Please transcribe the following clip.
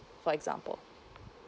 for example